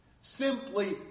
simply